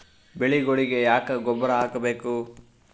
ಬೆಳಿಗೊಳಿಗಿ ಯಾಕ ಗೊಬ್ಬರ ಹಾಕಬೇಕು?